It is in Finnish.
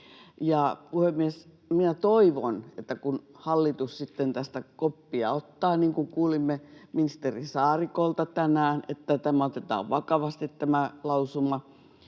toivon, että kun hallitus sitten tästä koppia ottaa, niin kuin kuulimme ministeri Saarikolta tänään, että tämä lausuma otetaan vakavasti,